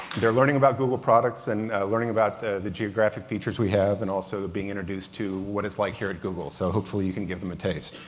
they're learning about google products and learning about the geographic features we have and also being introduced to what it's like here at google. so, hopefully, you can give them a taste.